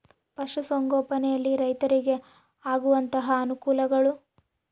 ಪಶುಸಂಗೋಪನೆಯಲ್ಲಿ ರೈತರಿಗೆ ಆಗುವಂತಹ ಅನುಕೂಲಗಳು?